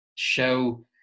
show